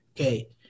okay